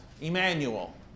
Emmanuel